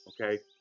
Okay